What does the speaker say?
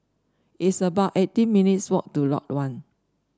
it's about eighteen minutes' walk to Lot One